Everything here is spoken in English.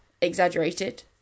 exaggerated